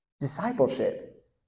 Discipleship